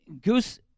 Goose